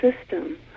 system